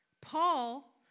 Paul